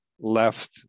left